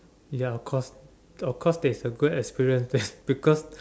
ya of course of course that's a good experience because